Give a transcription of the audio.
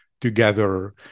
together